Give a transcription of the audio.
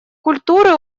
культуры